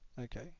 okay